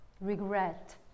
regret